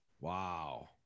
Wow